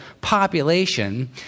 population